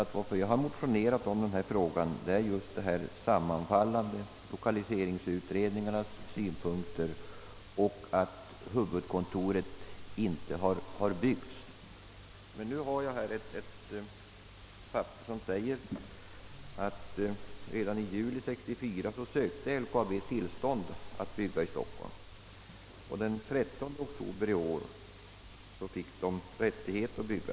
Att jag nu motionerat om saken beror på att huvudkontoret ännu inte byggts. Jag har här ett papper där det sägs att LKAB redan i juli 1964 sökte tillstånd att bygga i Stockholm. Den 13 oktober i år fick företaget rättighet att bygga.